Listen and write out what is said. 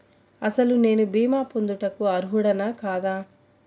అసలు నేను భీమా పొందుటకు అర్హుడన కాదా?